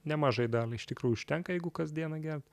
nemažai daliai iš tikrųjų užtenka jeigu kasdieną gert